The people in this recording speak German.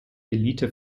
elite